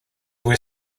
were